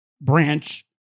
branch